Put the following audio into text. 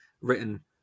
written